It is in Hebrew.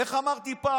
איך אמרתי פעם?